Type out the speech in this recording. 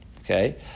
Okay